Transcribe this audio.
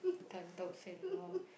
Tan-Tock-Seng !wow!